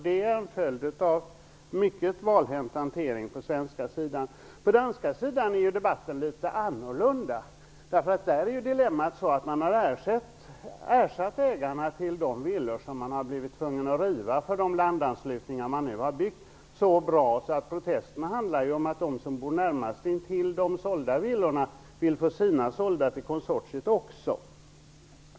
Det är en följd av en mycket valhänt hantering på den svenska sidan. På den danska sidan är debatten litet annorlunda. Där är dilemmat att man har ersatt ägarna till de villor som man har blivit tvungen att riva för de landanslutningar man nu har byggt så bra att protesterna handlar om att de som bor närmast intill de sålda villorna också vill få sina villor sålda till konsortiet.